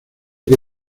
que